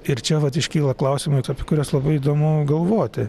ir čia vat iškyla klausimai apie kuriuos labai įdomu galvoti